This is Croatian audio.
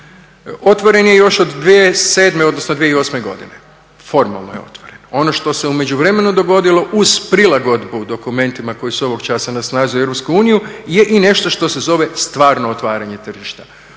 otvoren je još od 2007. odnosno 2008. godine, formalno je otvoren. Ono što se u međuvremenu dogodilo uz prilagodbu dokumentima koji su ovog časa na snazi u Europskoj uniji je i nešto što se zove stvarno otvaranje tržišta.